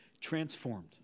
transformed